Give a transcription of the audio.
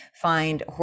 find